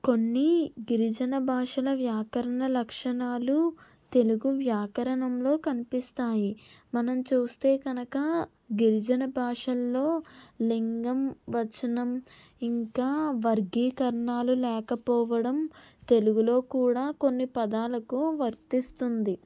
కొన్ని గిరిజన భాషల వ్యాకరణ లక్షణాలు తెలుగు వ్యాకరణంలో కనిపిస్తాయి మనం చూస్తే కనక గిరిజన భాషల్లో లింగం వచ్చినం ఇంకా వర్గీకరణాలు లేకపోవడం తెలుగులో కూడా కొన్ని పదాలకు వర్తిస్తుంది